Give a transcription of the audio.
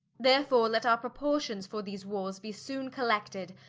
therefore let our proportions for these warres be soone collected,